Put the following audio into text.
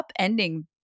upending